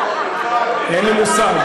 אין לי מושג.